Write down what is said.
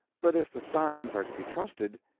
but if the signs are to be trusted,